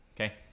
Okay